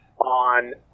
on